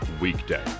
weekday